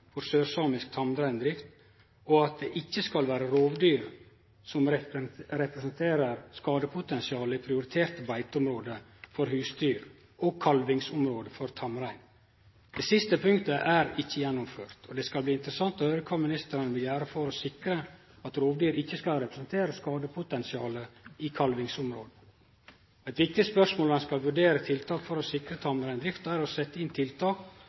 for sørsamisk tamreindrift», og at det ikkje skal vere «rovdyr som representerer et skadepotensial i prioriterte beiteområder for husdyr og kalvingsområde for tamrein». Det siste punktet er ikkje gjennomført, og det skal bli interessant å høyre kva ministeren vil gjere for å sikre at rovdyr ikkje skal representere skadepotensial i kalvingsområde. Eit viktig spørsmål når ein skal vurdere tiltak for å sikre tamreindrifta, er å setje inn tiltak